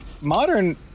Modern